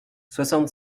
soixante